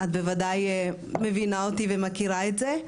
את בוודאי מבינה אותי ומכירה את זה,